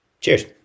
Cheers